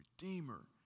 redeemer